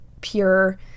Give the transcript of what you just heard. pure